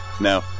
No